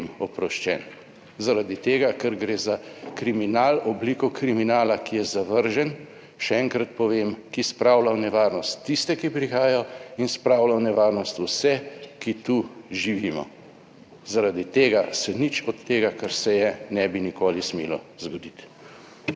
oproščen zaradi tega, ker gre za kriminal, obliko kriminala, ki je zavržen, še enkrat povem, ki spravlja v nevarnost tiste, ki prihajajo in spravlja v nevarnost vse, ki tu živimo. Zaradi tega se nič od tega, kar se je, ne bi nikoli smelo zgoditi.